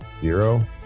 zero